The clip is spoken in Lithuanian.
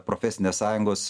profesinės sąjungos